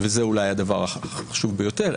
וזה אולי הדבר החשוב ביותר,